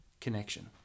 connection